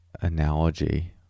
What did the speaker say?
analogy